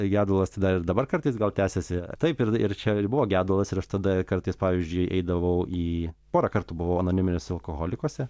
gedulas tada ir dabar kartais gal tęsiasi taip ir ir čia ir buvo gedulas ir aš tada kartais pavyzdžiui eidavau į porą kartų buvau anoniminiuose alkoholikose